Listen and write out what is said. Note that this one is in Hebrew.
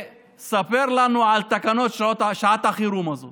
לספר לנו על תקנות שעת החירום הזאת